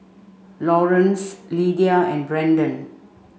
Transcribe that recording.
Laurance Lydia and Brandon